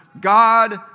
God